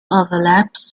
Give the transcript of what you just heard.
overlaps